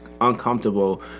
uncomfortable